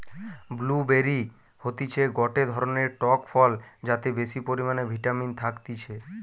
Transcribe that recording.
blue বেরি হতিছে গটে ধরণের টক ফল যাতে বেশি পরিমানে ভিটামিন থাকতিছে